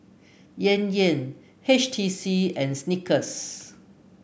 Yan Yan H T C and Snickers